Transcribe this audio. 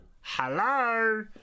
Hello